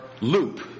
loop